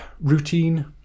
routine